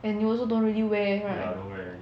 and you also don't really wear right